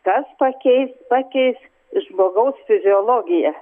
kas pakeis pakeis žmogaus fiziologiją